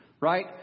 right